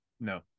No